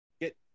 get